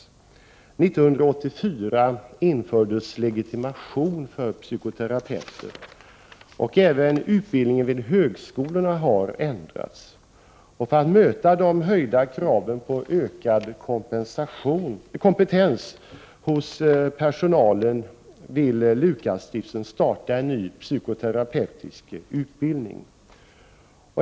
År 1984 infördes legitimation för psykoterapeuter. Även utbildningen vid högskolorna har ändrats. För att möta kraven på ökad kompetens hos personalen vill S:t Lukasstiftelsen starta en ny psykoterapeutisk utbildning.